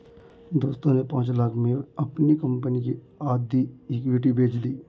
दोस्त ने पांच लाख़ में अपनी कंपनी की आधी इक्विटी बेंच दी